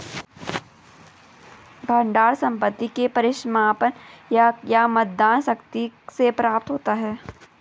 भंडार संपत्ति के परिसमापन या मतदान शक्ति से प्राप्त होता है